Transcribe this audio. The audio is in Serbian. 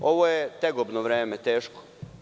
Ovo je tegobno vreme, teško.